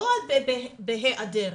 לא בהיעדר,